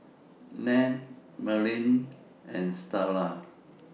Len Merlene and Starla